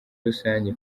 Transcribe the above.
rusange